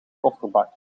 kofferbak